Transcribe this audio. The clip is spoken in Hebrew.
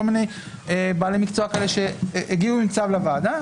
כל מיני בעלי מקצוע כאלה שהגיעו עם צו לוועדה,